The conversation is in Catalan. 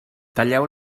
talleu